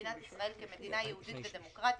מדינה ישראל כמדינה יהודית ודמוקרטית,